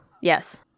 yes